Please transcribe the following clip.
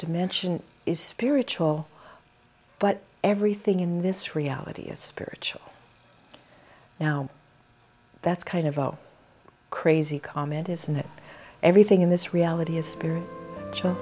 dimension is spiritual but everything in this reality is spiritual now that's kind of out crazy comment isn't it everything in this reality is